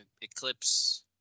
eclipse